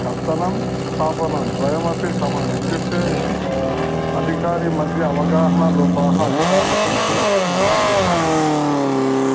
कर्तनं स्थापनं द्वयमपि सम इत्युक्ते अधिकारीमध्ये अवगाहनलोपाः अधिकाः सन्ति इति मम अभिप्रायः धन्यवादः